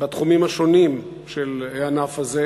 בתחומים השונים של הענף הזה: